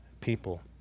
people